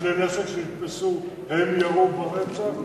כלי הנשק שנתפסו ירו ברצח.